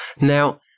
Now